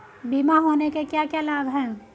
बीमा होने के क्या क्या लाभ हैं?